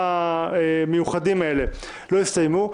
והצווים המיוחדים האלה לא הסתיימו.